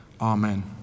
Amen